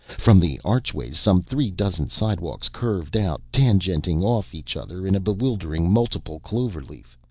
from the archways some three dozen slidewalks curved out, tangenting off each other in a bewildering multiple cloverleaf.